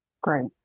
Great